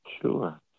Sure